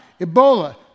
Ebola